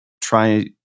try